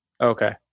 Okay